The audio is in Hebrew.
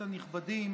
הינני מתכבדת